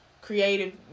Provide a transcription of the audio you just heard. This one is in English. Creative